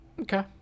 Okay